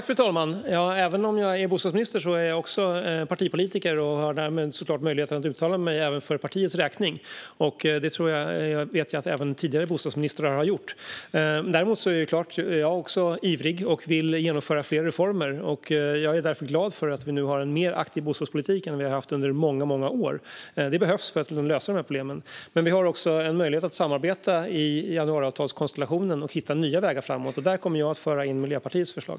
Fru talman! Även om jag är bostadsminister är jag också partipolitiker och har därmed såklart möjlighet att uttala mig även för partiets räkning. Det vet jag att även tidigare bostadsministrar har gjort. Men jag är såklart ivrig och vill genomföra fler reformer. Jag är därför glad över att vi nu har en mer aktiv bostadspolitik än vi haft på många år. Det behövs för att vi ska kunna lösa problemen. Vi har också möjlighet att samarbeta i januariavtalskonstellationen och hitta nya vägar framåt, och där kommer jag att föra in Miljöpartiets förslag.